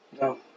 No